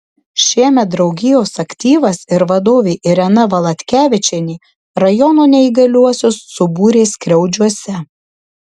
šiemet draugijos aktyvas ir vadovė irena valatkevičienė rajono neįgaliuosius subūrė skriaudžiuose